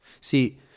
See